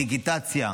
בדיגיטציה.